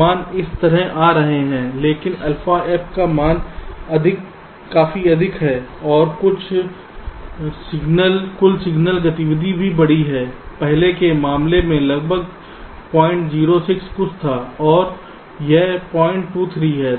मान इस तरह आ रहे हैं लेकिन alpha F का मान काफी अधिक है और कुल सिग्नल गतिविधि भी बहुत बड़ी है पहले के मामले में यह लगभग 006 कुछ था यहाँ यह 023 है